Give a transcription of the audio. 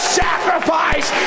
sacrifice